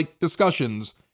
discussions